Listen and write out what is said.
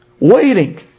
waiting